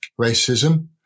racism